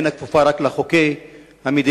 איננה כפופה רק לחוקי המדינה,